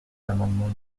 l’amendement